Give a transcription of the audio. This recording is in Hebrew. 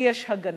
ויש הגנה.